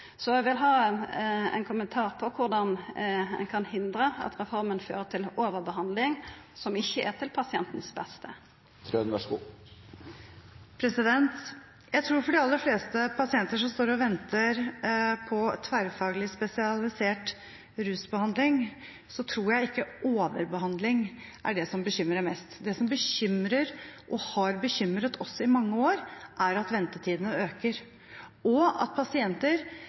Så eg vil ha ein kommentar til korleis ein kan hindra at reforma fører til overbehandling, noko som ikkje er til beste for pasienten. For de aller fleste pasienter som står og venter på tverrfaglig spesialisert rusbehandling, tror jeg ikke overbehandling er det som bekymrer mest. Det som bekymrer oss og har bekymret oss i mange år, er at ventetidene øker, og at pasienter